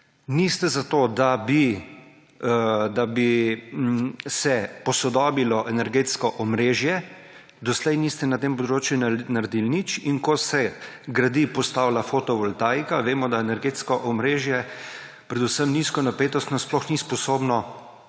Niste za to, da bi se posodobilo energetsko omrežje; doslej niste na tem področju naredili ničesar. In ko se gradi, postavlja fotovoltaika, vemo, da se energetsko omrežje, predvsem nizkonapetostno, sploh ni sposobno